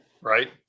right